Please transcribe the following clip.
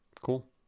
cool